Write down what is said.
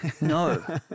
no